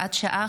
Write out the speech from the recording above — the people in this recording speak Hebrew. הוראת שעה,